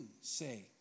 say